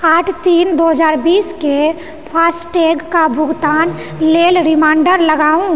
आठ तीन दू हजार बीस केँ फास्टैग कऽ भुगतानके लेल रिमाइण्डर लगाउ